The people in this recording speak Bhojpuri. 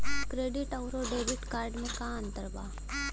क्रेडिट अउरो डेबिट कार्ड मे का अन्तर बा?